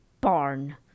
barn